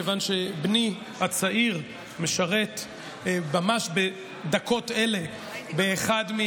כיוון שבני הצעיר משרת ממש בדקות אלה באחד,